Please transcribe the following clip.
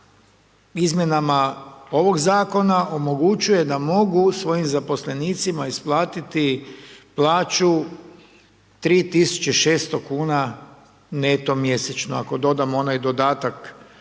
izmjenama ovog zakona omogućuje da mogu svojim zaposlenicima isplatiti plaću 3600 kuna neto mjesečno ako dodamo onaj dodatak